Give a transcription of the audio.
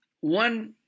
One